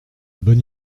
bonne